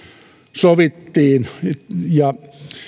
sovittiin